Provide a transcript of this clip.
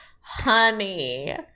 honey